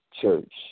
Church